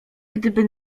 gdyby